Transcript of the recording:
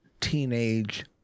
teenage